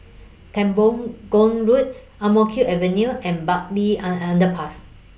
Temenggong Road Ang Mo Kio Avenue and Bartley An Underpass